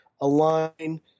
align